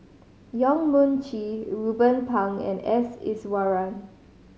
Yong Mun Chee Ruben Pang and S Iswaran